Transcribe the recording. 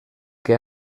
que